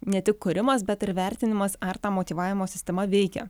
ne tik kūrimas bet ir vertinimas ar ta motyvavimo sistema veikia